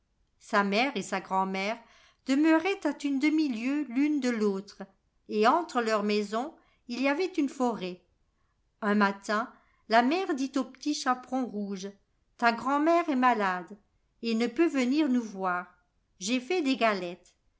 sa mère et sa grand'mère demeuraient à une demi-lieue l'une de l'autre et entre leurs maisons il y avait une forêt un matin la mère dit au petit chaperon rouge ta grand'mère est malade et ne peut venir nous voir j'ai fait des galettes